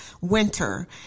winter